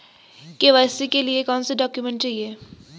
KYC के लिए कौनसे डॉक्यूमेंट चाहिये?